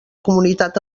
comunitat